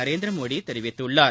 நரேந்திரமோடி தெரிவித்துள்ளார்